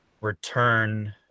return